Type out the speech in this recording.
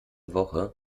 woche